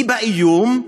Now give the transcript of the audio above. היא באיום,